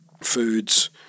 foods